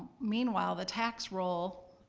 meanwhile, the tax roll,